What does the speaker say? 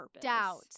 doubt